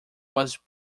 was